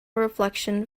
reflection